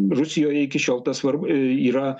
rusijoje iki šiol tas svarbu yra